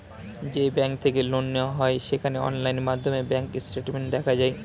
যেই ব্যাঙ্ক থেকে লোন নেওয়া হয় সেখানে অনলাইন মাধ্যমে ব্যাঙ্ক স্টেটমেন্ট দেখা যায়